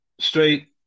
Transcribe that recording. straight